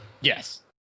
Yes